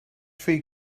free